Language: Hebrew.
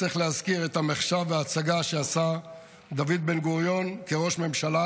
צריך להזכיר את --- וההצגה שעשה דוד בן-גוריון כראש ממשלה: